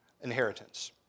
inheritance